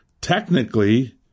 technically